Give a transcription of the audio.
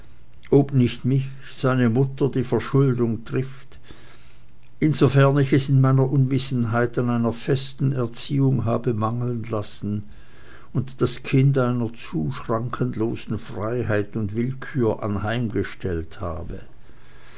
ob nicht mich seine mutter die verschuldung trifft insofern ich es in meiner unwissenheit an einer festen erziehung habe mangeln lassen und das kind einer zu schrankenlosen freiheit und willkür anheimgestellt habe